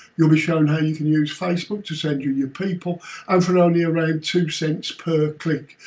you will be shown how you can use facebook to send you your people and for only around two cents per click.